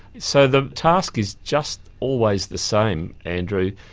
so the task is just always the same andrew.